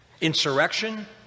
Insurrection